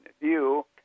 view